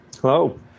Hello